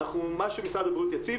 מה שמשרד הבריאות יציף,